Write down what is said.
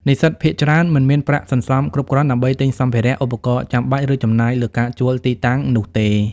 និស្សិតភាគច្រើនមិនមានប្រាក់សន្សំគ្រប់គ្រាន់ដើម្បីទិញសម្ភារៈ ឧបករណ៍ចាំបាច់ ឬចំណាយលើការជួលទីតាំងនោះទេ។